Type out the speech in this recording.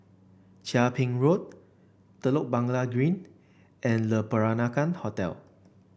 Chia Ping Road Telok Blangah Green and Le Peranakan Hotel